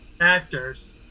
actors